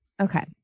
Okay